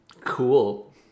Cool